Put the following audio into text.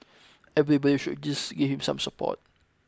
everybody should just give him some support